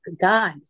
God